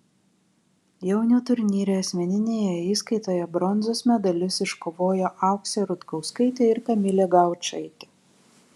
jaunių turnyre asmeninėje įskaitoje bronzos medalius iškovojo auksė rutkauskaitė ir kamilė gaučaitė